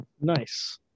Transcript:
nice